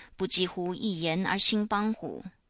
bu ji hu yi yan er xing bang hu.